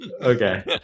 Okay